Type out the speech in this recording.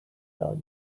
value